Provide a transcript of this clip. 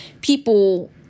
people